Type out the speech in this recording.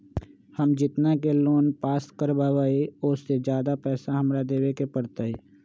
हम जितना के लोन पास कर बाबई ओ से ज्यादा पैसा हमरा देवे के पड़तई?